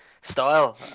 style